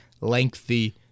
lengthy